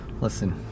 listen